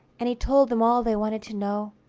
and he told them all they wanted to know.